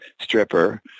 stripper